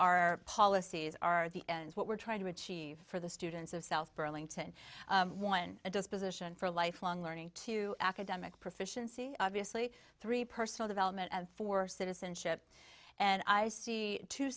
our policies are the what we're trying to achieve for the students of south burlington one a disposition for lifelong learning to academic proficiency obviously three personal development for citizenship and i see two